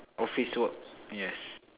office work yes